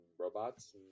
robots